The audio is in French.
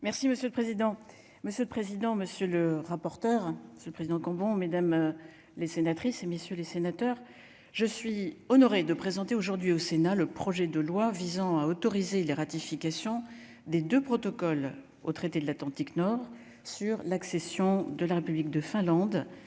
Merci monsieur le président, monsieur le président, monsieur le rapporteur, c'est le président Combo mesdames les sénatrices et messieurs les sénateurs, je suis honoré de présenter aujourd'hui au Sénat, le projet de loi visant à autoriser la ratification des 2 protocole au traité de l'Atlantique nord sur l'accession de la République de Finlande